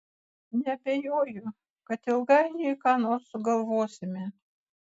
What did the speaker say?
neabejoju kad ilgainiui ką nors sugalvosime